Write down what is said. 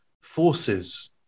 forces